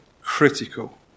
critical